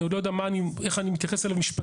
אני עוד לא יודע איך אני מתייחס אליו משפטית,